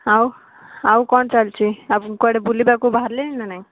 ଆଉ ଆଉ କ'ଣ ଚାଲଛି ଆପଣ କୁଆଡ଼େ ବୁଲିବାକୁ ବାହାରିଲେଣି ନା ନାଇଁ